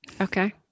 Okay